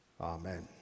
Amen